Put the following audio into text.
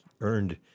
earned